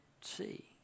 see